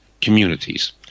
communities